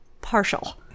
partial